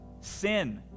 Sin